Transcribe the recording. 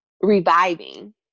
reviving